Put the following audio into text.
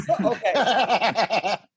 Okay